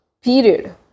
period